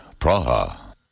Praha